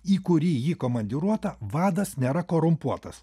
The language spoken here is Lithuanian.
į kurį ji komandiruota vadas nėra korumpuotas